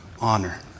honor